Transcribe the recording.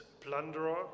plunderer